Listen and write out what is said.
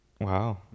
wow